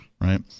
Right